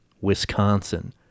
Wisconsin